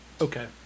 okay